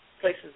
places